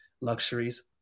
luxuries